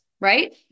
Right